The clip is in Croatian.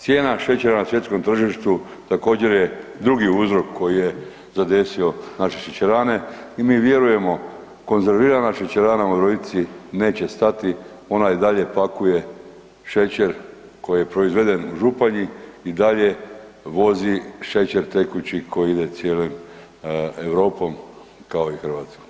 Cijena šećera na svjetskom tržištu također je drugi uzrok koji je zadesio naše šećerane i mi vjerujemo konzervirana Šećerana u Virovitici neće stati, onda i dalje pakuje šećer koji je proizveden u Županji i dalje vozi šećer tekući koji ide cijelom Europom kao i Hrvatskom.